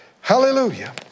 Hallelujah